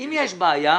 אם יש בעיה,